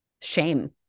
shame